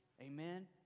Amen